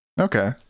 Okay